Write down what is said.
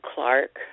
Clark